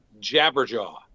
Jabberjaw